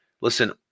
Listen